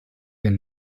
den